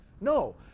No